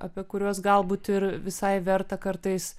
apie kuriuos galbūt ir visai verta kartais